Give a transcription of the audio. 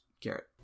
Garrett